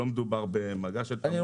שלא מדובר בשתייה.